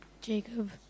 Jacob